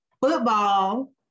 Football